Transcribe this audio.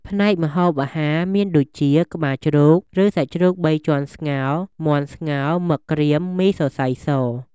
ផ្នែកម្ហូបអាហារ មានដូចជា ក្បាលជ្រូក ឬ សាច់ជ្រូកបីជាន់ស្ងោរ មាន់ស្ងោរ មឹកក្រៀម មីសសៃរស...។